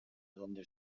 donde